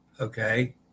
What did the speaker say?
Okay